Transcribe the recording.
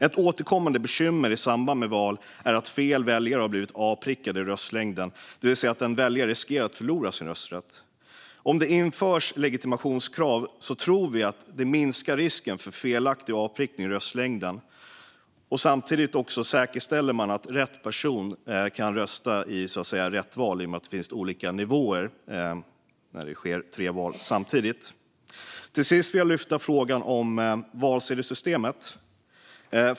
Ett återkommande bekymmer i samband med val är att fel väljare blir avprickade i röstlängden, det vill säga att väljare riskerar att förlora sin rösträtt. Om det införs legitimationskrav tror vi att det minskar risken för felaktig avprickning i röstlängden. Samtidigt säkerställs att rätt person röstar i rätt val, i och med att det finns olika nivåer när tre val sker samtidigt. Till sist vill jag lyfta upp frågan om valsedelssystemet.